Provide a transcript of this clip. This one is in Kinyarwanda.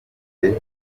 nageze